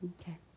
Okay